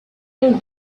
and